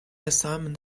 assignment